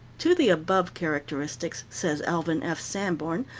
to the above characteristics, says alvin f. sanborn,